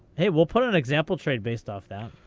hey, we'll put an example trade based off that.